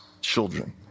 children